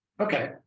Okay